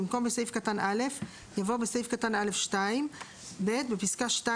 במקום "בסעיף קטן (א)" יבוא "בסעיף קטן (א)(2)"; בפסקה (2),